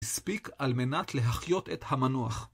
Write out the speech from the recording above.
מספיק על מנת להחיות את המנוח.